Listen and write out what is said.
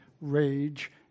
rage